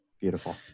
Beautiful